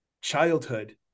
childhood